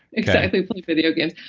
exactly. playing video games.